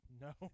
No